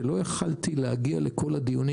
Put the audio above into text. שלא יכולתי להגיע לכל הדיונים,